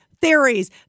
theories